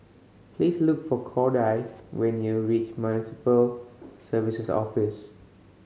please look for Cordie when you reach Municipal Services Office